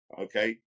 okay